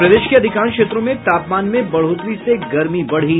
और प्रदेश के अधिकांश क्षेत्रों में तापमान में बढ़ोतरी से गर्मी बढ़ी